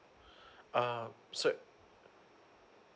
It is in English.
uh so